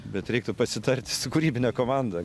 bet reiktų pasitarti su kūrybine komanda